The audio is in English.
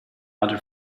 other